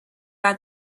had